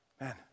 Man